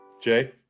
Jay